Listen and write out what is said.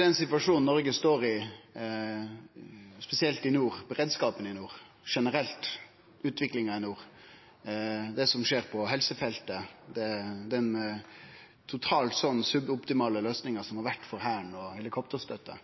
den situasjonen Noreg står i, spesielt i nord – beredskapen og utviklinga generelt i nord, det som skjer på helsefeltet og den totalt sett sub-optimale løysinga som har vore for Hæren og helikopterstøtte